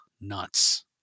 Nuts